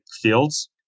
fields